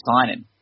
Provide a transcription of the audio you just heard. signing